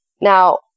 Now